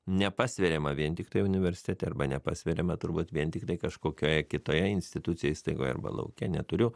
nepasveriama vien tiktai universitete arba nepasveriama turbūt vien tiktai kažkokioje kitoje institucijoj įstaigoj arba lauke neturiu